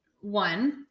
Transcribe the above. one